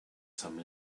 some